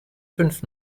fünf